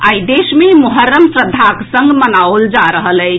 आई देश मे मोहर्रम श्रद्वाक संग मनाओल जा रहल अछि